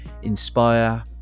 inspire